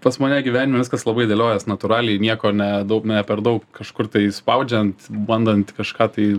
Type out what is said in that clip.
pas mane gyvenime viskas labai dėliojas natūraliai nieko ne daug ne per daug kažkur išspaudžiant bandant kažką tai